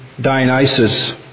Dionysus